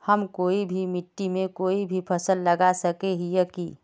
हम कोई भी मिट्टी में कोई फसल लगा सके हिये की?